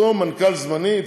אותו מנכ"ל זמני,